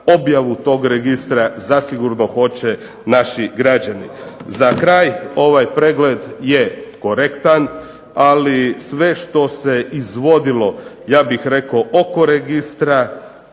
objavu tog registra zasigurno hoće naši građani. Za kraj ovaj pregled je korektan, ali sve što se izvodilo ja bih rekao oko registra